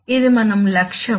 ఇది మన లక్ష్యం